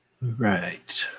Right